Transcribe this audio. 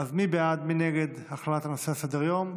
מי בעד ומי נגד הכללת הנושא בסדר-היום?